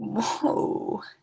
Whoa